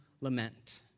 lament